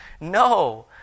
No